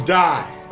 die